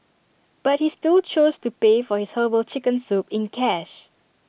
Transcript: but he still chose to pay for his Herbal Chicken Soup in cash